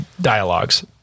Dialogues